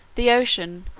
the ocean,